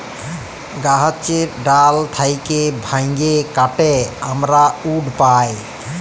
গাহাচের ডাল থ্যাইকে ভাইঙে কাটে আমরা উড পায়